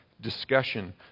discussion